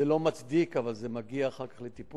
זה לא מצדיק, אבל זה מגיע אחר כך לטיפול,